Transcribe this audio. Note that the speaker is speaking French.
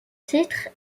titre